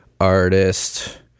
artist